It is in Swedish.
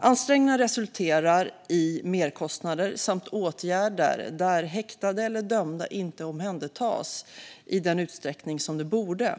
Ansträngningarna resulterar i merkostnader samt åtgärder där häktade eller dömda inte omhändertas i den utsträckning som de borde,